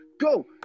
Go